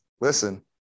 Listen